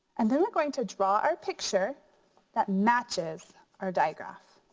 and then we're going to draw our picture that matches our diagraph.